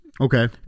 Okay